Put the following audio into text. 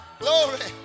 glory